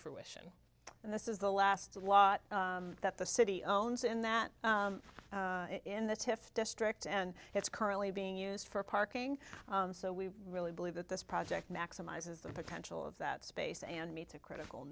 fruition and this is the last lot that the city owns in that in the tiff district and it's currently being used for parking so we really believe that this project maximizes the potential of that space and meets a critical